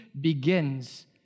begins